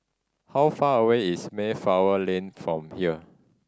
how far away is Mayflower Lane from here